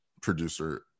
producer